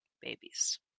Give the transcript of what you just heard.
babies